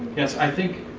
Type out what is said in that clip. yes, i think